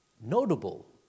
notable